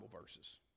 verses